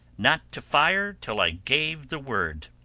not to fire till i gave the word.